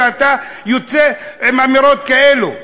שאתה יוצא עם אמירות כאלו.